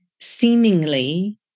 seemingly